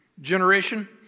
Generation